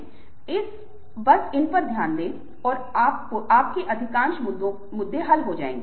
नया media digital media है हम अभी इसके विवरण में नहीं जाएंगे